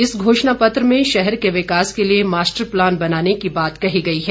इस घोषणा पत्र में शहर के विकास के लिए मास्टर प्लान बनाने की बात कही गई है